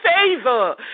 favor